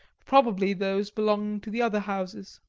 probably those belonging to the other houses.